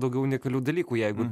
daugiau unikalių dalykų jeigu